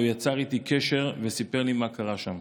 לא יצר איתי קשר וסיפר לי מה קרה שם.